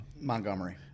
Montgomery